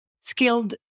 skilled